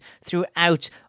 throughout